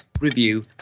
review